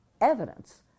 Evidence